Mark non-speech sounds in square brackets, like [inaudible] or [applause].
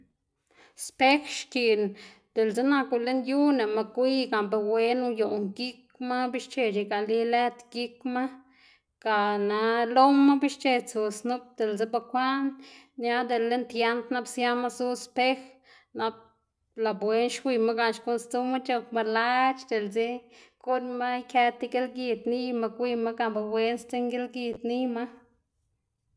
[noise] xpej xkiꞌn diꞌlse naku lën yu nëꞌma gwiy gan be wen uyoꞌn gikma, bi xchec̲h̲e igali lëd gikma gan loma be xche tsu snup diꞌltse bukwaꞌn ya dela lën tiend nap siama zu spej nap labuen xwiyma gan xkuꞌn sdzuma c̲h̲okma lac̲h̲ diꞌltse guꞌnnma ikë ti gilgid niyma gwiyma gan be wen sdzinn gilgid niyma.